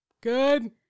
Good